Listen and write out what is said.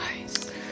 Nice